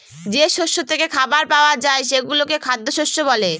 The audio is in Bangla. যে শস্য থেকে খাবার পাওয়া যায় সেগুলোকে খ্যাদ্যশস্য বলে